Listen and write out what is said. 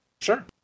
Sure